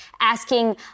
asking